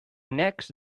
next